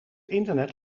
internet